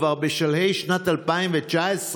כבר בשלהי שנת 2019,